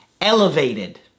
elevated